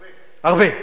הרבה.